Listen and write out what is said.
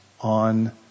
on